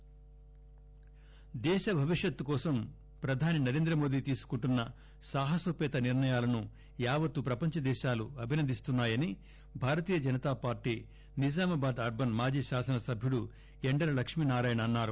నిజామాబాద్ దేశ భవిష్వత్ కోసం ప్రధాని నరేంద్రమోడీ తీసుకుంటున్న సాహనోపత నిర్ణయాలను యావత్తు ప్రపంచ దేశాలు అభినందిస్తున్నాయని భారతీయ జనతా పార్టీ నిజామాబాద్ అర్బన్ మాజీ శాసనసభ్యుడు యెండల లక్ష్మీనారాయణ అన్నారు